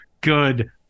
good